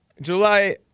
July